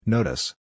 Notice